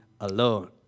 alone